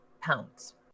pounds